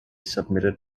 submitted